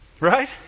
Right